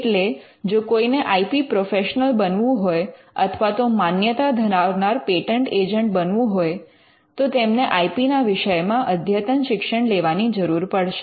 એટલે જો કોઈને આઇ પી પ્રોફેશનલ બનવું હોય અથવા તો માન્યતા ધરાવનાર પેટન્ટ એજન્ટ બનવું હોય તો તેમને આઇ પી ના વિષયમાં અદ્યતન શિક્ષણ લેવાની જરૂર પડશે